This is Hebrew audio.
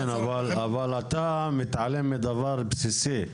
אבל אתה מתעלם מדבר בסיסי.